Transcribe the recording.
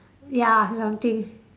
ya something